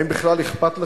האם בכלל אכפת לך?